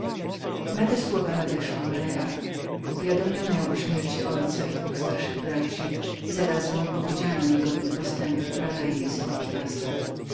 na te słowa nadeszła melea uwiadomiono ją o śmierci ojca i dwóch starszych braci i zarazem opowiedziano niegodny postępek brata jej